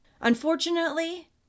Unfortunately